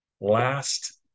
last